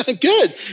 Good